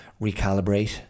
recalibrate